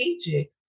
strategic